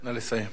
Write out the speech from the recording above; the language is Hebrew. נא לסיים.